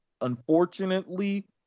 Unfortunately